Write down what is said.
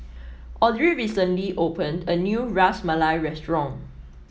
Audry recently opened a new Ras Malai Restaurant